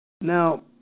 Now